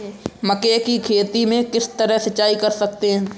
मक्के की खेती में किस तरह सिंचाई कर सकते हैं?